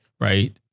right